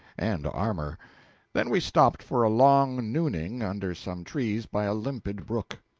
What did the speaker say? and armor then we stopped for a long nooning under some trees by a limpid brook.